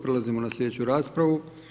Prelazimo na slijedeću raspravu.